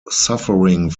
suffering